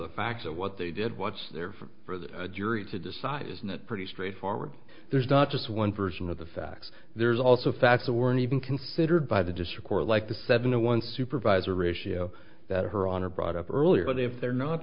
the facts of what they did what's there for the jury to decide isn't it pretty straightforward there's not just one version of the facts there's also facts that weren't even considered by the district court like the seven one supervisor ratio that her honor brought up earlier but if they're not